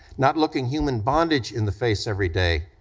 not looking human bondage in the face every day,